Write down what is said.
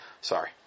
Sorry